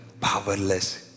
powerless